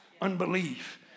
unbelief